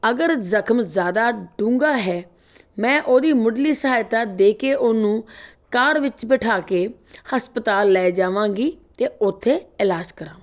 ਅਗਰ ਜ਼ਖਮ ਜ਼ਿਆਦਾ ਡੂੰਘਾ ਹੈ ਮੈਂ ਉਹਦੀ ਮੁੱਢਲੀ ਸਹਾਇਤਾ ਦੇ ਕੇ ਉਹਨੂੰ ਕਾਰ ਵਿੱਚ ਬਿਠਾ ਕੇ ਹਸਪਤਾਲ ਲੈ ਜਾਵਾਂਗੀ ਅਤੇ ਉੱਥੇ ਇਲਾਜ ਕਰਾਵਾਂਗੀ